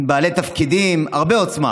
עם בעלי תפקידים, הרבה עוצמה.